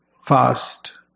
fast